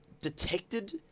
detected